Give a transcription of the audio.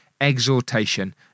exhortation